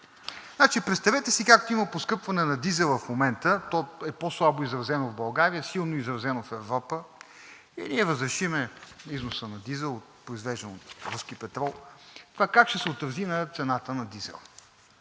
Представете си – както има поскъпване на дизела в момента, то е по-слабо изразено в България, силно изразено в Европа, и ние разрешим износа на дизел, произвеждан от руски петрол, това как ще се отрази на цената на дизела?